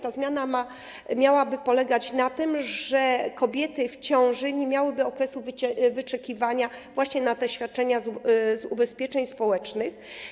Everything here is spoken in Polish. Ta zmiana miałaby polegać na tym, że kobiety w ciąży nie miałyby okresu wyczekiwania właśnie na te świadczenia z ubezpieczeń społecznych.